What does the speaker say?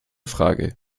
frage